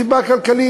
הן סיבה כלכלית,